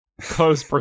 Close